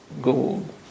gold